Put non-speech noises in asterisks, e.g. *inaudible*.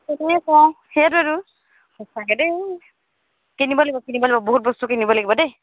*unintelligible* কওঁ সেইটোৱেতো সঁচাকৈ দেই কিনিব লাগিব কিনিব লাগিব বহুত বস্তু কিনিব লাগিব দেই